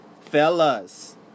Fellas